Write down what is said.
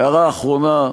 הערה אחרונה,